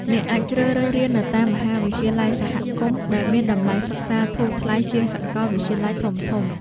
អ្នកអាចជ្រើសរើសរៀននៅតាមមហាវិទ្យាល័យសហគមន៍ដែលមានតម្លៃសិក្សាធូរថ្លៃជាងសាកលវិទ្យាល័យធំៗ។